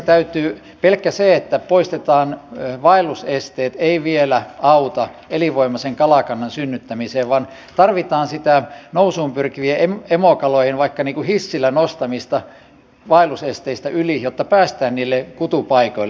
pelkästään se että poistetaan vaellusesteet ei vielä auta elinvoimaisen kalakannan synnyttämiseen vaan tarvitaan sitä nousuun pyrkivien emokalojen vaikka hissillä nostamista vaellusesteistä yli jotta päästään niille kutupaikoille